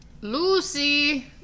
lucy